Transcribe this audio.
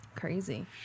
Crazy